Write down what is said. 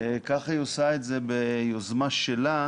כך היא עושה את זה ביוזמה שלה